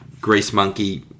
grease-monkey